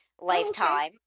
lifetime